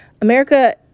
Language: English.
America